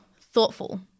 thoughtful